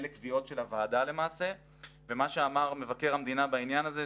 אלה קביעות של הוועדה למעשה ומה שאמר מבקר המדינה בעניין הזה,